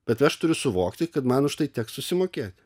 bet aš turiu suvokti kad man už tai teks susimokėti